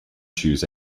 choose